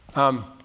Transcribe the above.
um,